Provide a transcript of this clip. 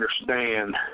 understand